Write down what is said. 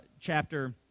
chapter